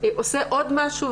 עושה עוד משהו.